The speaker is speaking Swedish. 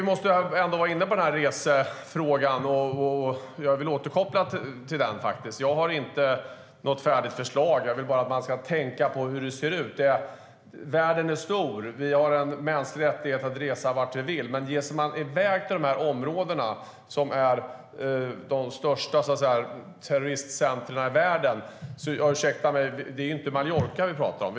Vi måste ändå ta upp resefrågan. Jag har inget färdigt förslag. Jag vill bara att man ska tänka på hur det ser ut. Världen är stor, och det är en mänsklig rättighet att resa vart man vill. Men nu handlar det om att man reser till de områden som är de största terroristcentrumen i världen. Det är inte precis Mallorca vi pratar om.